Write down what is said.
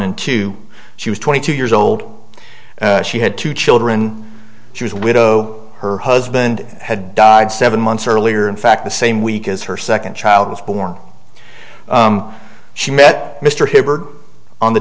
and two she was twenty two years old she had two children she was widow her husband had died seven months earlier in fact the same week as her second child was born she met mr hibbard on the